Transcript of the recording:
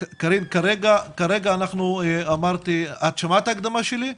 קארין, את שמעת את ההקדמה שלי?